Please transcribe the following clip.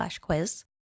quiz